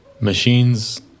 Machines